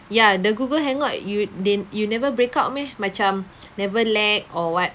ya the Google hangouts you they you never break out meh macam never lag or what